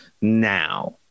now